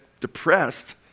depressed